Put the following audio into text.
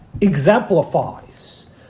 exemplifies